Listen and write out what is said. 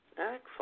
Excellent